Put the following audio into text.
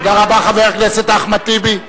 תודה רבה, חבר הכנסת אחמד טיבי.